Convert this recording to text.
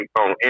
on